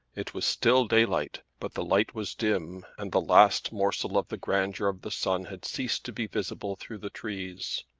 it was still daylight, but the light was dim and the last morsel of the grandeur of the sun had ceased to be visible through the trees.